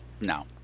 No